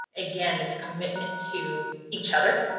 again, this commitment to each other